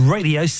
Radio